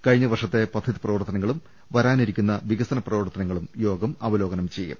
കഴിഞ്ഞ വർഷത്തെ പദ്ധ തി പ്ര വർത്ത ന ങ്ങളും വരാനിരിക്കുന്ന വികസന പ്രവർത്തനങ്ങളും യോഗം അവലോകനം ചെയ്യും